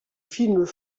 films